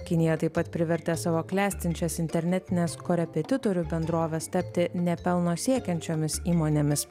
kinija taip pat privertė savo klestinčias internetines korepetitorių bendroves tapti ne pelno siekiančiomis įmonėmis